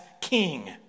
king